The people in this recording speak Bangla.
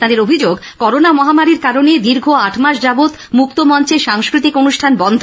তাদের অভিযোগ করোনা মহামারীর কারণে দীর্ঘ আট মাস যাবত মুক্তমঞ্চে সাংস্কৃতিক অনুষ্ঠান বন্ধ